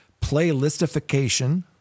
Playlistification